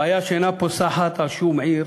בעיה שאינה פוסחת על שום עיר